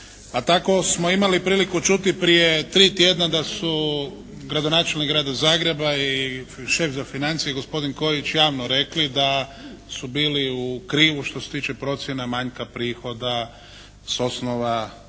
Pa tako smo imali priliku čuti prije tri tjedna da su gradonačelnik Grada Zagreba i šef za financije gospodin Kojić javno rekli da su bili u krivu što se tiče procjena manjka prihoda s osnova